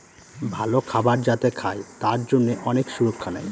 ভালো খাবার যাতে খায় তার জন্যে অনেক সুরক্ষা নেয়